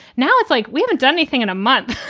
now, it's like we haven't done anything in a month.